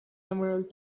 emerald